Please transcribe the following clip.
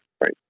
right